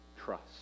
trust